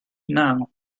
now